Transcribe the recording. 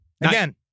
Again